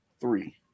three